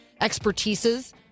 expertises